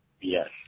Yes